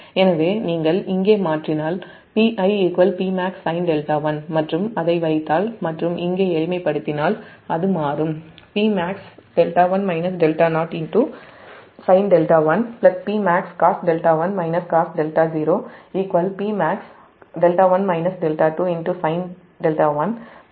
எனவே நீங்கள் இங்கே மாற்றினால் PiPmax sin δ1மற்றும் அதை வைத்தால்மற்றும்இங்கே எளிமைப்படுத்தினால் அது மாறும்